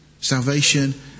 Salvation